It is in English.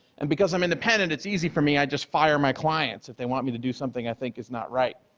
and because i'm independent, it's easy for me, i just fire my clients if they want me to do something i think is not right.